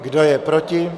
Kdo je proti?